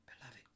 Beloved